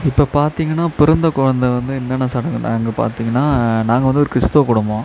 இப்போ பார்த்திங்கன்னா பிறந்த கொழந்தை வந்து என்னென்ன சடங்குன்னா அங்கே பார்த்திங்கன்னா நாங்கள் வந்து ஒரு கிறிஸ்துவ குடும்பம்